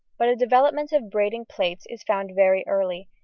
but a development of braiding plaits is found very early,